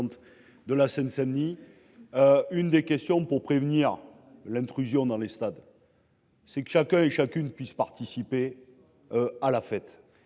de la Seine, Denis. Une des questions pour prévenir l'intrusion dans les stades. C'est chacun et chacune puisse participer. À la fête